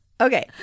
Okay